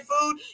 food